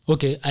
Okay